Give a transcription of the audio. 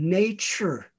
nature